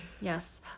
Yes